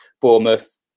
Bournemouth